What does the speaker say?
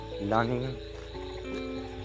Learning